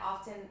often